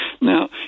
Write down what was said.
Now